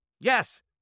Yes